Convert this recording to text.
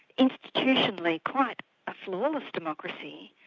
institutionally quite a flawless democracy,